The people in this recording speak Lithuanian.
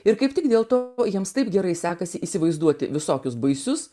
ir kaip tik dėl to jiems taip gerai sekasi įsivaizduoti visokius baisius